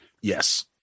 Yes